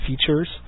features